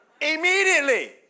Immediately